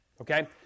Okay